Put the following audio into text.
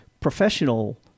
professional